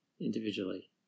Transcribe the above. individually